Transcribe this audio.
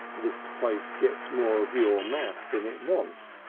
this place gets more of your mouth than it wants.